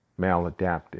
Maladaptive